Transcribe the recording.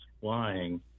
flying